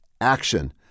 action